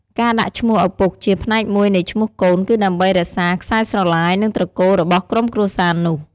ការដាក់ឈ្មោះឪពុកជាផ្នែកមួយនៃឈ្មោះកូន គឺដើម្បីរក្សាខ្សែស្រឡាយ និងត្រកូលរបស់ក្រុមគ្រួសារនោះ។